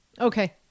Okay